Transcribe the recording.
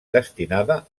destinada